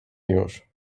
już